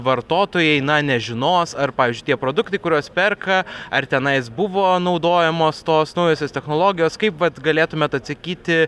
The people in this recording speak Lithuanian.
vartotojai nežinos ar pavyzdžiui tie produktai kuriuos perka ar tenais buvo naudojamos tos naujosios technologijos kaip vat galėtumėt atsakyti